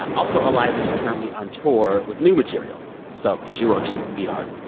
ah also, iliza is currently on tour with new material so she works v hard.